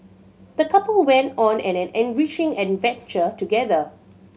the couple went on an enriching adventure together